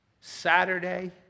Saturday